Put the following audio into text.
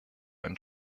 and